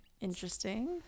interesting